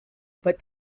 but